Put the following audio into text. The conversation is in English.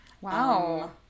Wow